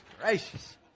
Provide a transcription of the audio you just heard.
gracious